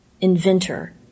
inventor